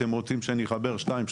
אתם רוצים שאני אחבר שניים,